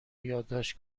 یادداشت